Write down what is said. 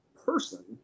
person